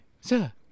Sir